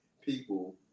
people